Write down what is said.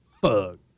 Fuck